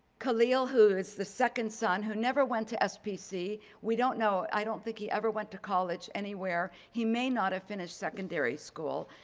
kaleel, who is the second son who never went to spc. we don't know. i don't think he ever went to college anywhere. he may not have finished secondary school.